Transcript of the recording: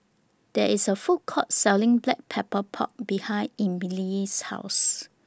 There IS A Food Court Selling Black Pepper Pork behind Emelie's House